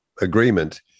agreement